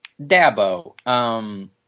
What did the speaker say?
Dabo